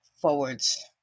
forwards